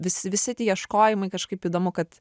vis visi tie ieškojimai kažkaip įdomu kad